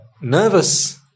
nervous